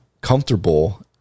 comfortable